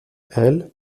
elles